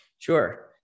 Sure